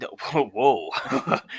Whoa